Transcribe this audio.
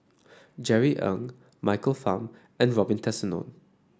Jerry Ng Michael Fam and Robin Tessensohn